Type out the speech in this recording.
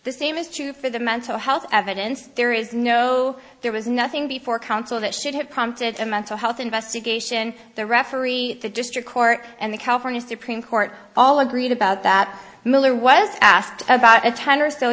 the same is true for the mental health evidence there is no there was nothing before council that should have prompted a mental health investigation the referee the district court and the california supreme court all agreed about that miller was asked about a ten or so